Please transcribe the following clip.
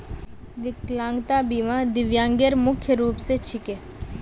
विकलांगता बीमा दिव्यांगेर मुख्य रूप स छिके